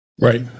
Right